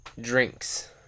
drinks